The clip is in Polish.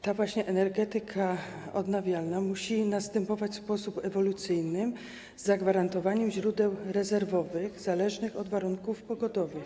Ta właśnie energetyka odnawialna musi następować w sposób ewolucyjny z zagwarantowaniem źródeł rezerwowych zależnych od warunków pogodowych.